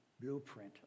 blueprint